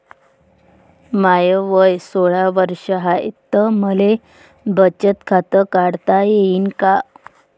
माय वय सोळा वर्ष हाय त मले बचत खात काढता येईन का?